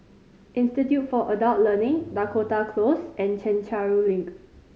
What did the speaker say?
Institute for Adult Learning Dakota Close and Chencharu Link